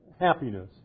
happiness